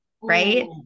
right